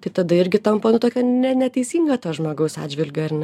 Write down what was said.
tai tada irgi tampa nu tokia ne neteisinga to žmogaus atžvilgiu ar ne